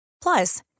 Plus